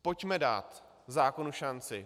Pojďme dát zákonu šanci.